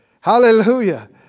hallelujah